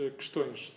questões